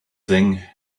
thing